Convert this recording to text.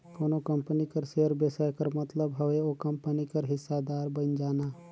कोनो कंपनी कर सेयर बेसाए कर मतलब हवे ओ कंपनी कर हिस्सादार बइन जाना